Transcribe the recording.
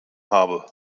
habe